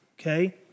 okay